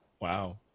Wow